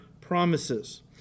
promises